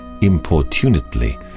importunately